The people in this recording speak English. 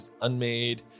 unmade